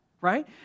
right